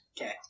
Okay